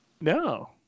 No